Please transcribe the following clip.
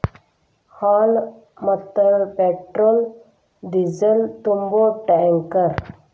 ಹಾಲ, ಮತ್ತ petrol diesel ತುಂಬು ಟ್ಯಾಂಕರ್